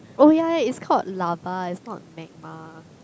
oh ya it's called lava it's not magma